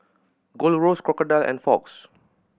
Gold Roast Crocodile and Fox